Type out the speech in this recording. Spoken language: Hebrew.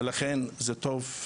ולכן זה טוב,